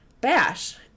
Bash